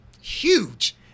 huge